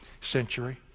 century